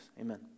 Amen